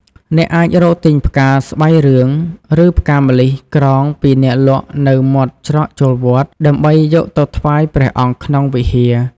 អ្នកអាចរកទិញផ្កាស្បៃរឿង ឬផ្កាម្លិះក្រងពីអ្នកលក់នៅមាត់ច្រកចូលវត្ត ដើម្បីយកទៅថ្វាយព្រះអង្គក្នុងវិហារ។